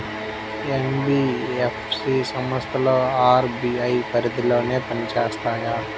NBFC సంస్థలు RBI పరిధిలోనే పని చేస్తాయా?